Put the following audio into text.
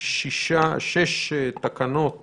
שש תקנות